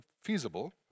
feasible